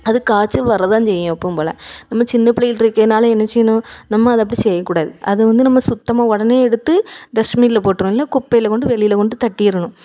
அது காய்ச்சல் வர தான் செய்யும் எப்பவும் போல் நம்ம சின்னப்பிள்ளைகள் இருக்கையினால என்ன செய்யணும் நம்ம அதை அப்படி செய்யக்கூடாது அது வந்து நம்ம சுத்தமாக உடனே எடுத்து டஸ்ட்பின்ல போட்டுருணும் இல்லை குப்பையில் கொண்டு வெளியில் கொண்டு தட்டிடணும்